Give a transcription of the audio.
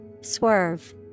Swerve